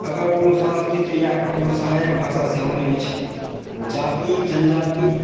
एकर कोनो अस्तित्व या एकर कोनो सहायक भाषा सेहो नहि अछि जाति जनजाति